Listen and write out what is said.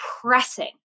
pressing